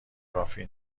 کافی